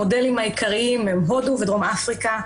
המודלים העיקריים הם הודו ודרום אפריקה,